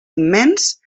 immens